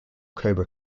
cobra